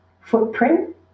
footprint